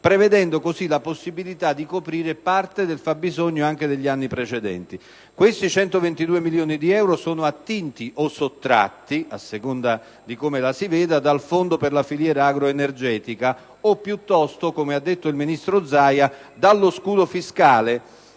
prevedendo così la possibilità di coprire parte del fabbisogno anche degli anni precedenti. Questi 122 milioni di euro sono attinti o sottratti, a seconda di come la si vede, dal fondo per filiera agroenergetica o piuttosto, come ha detto il ministro Zaia, dallo scudo fiscale,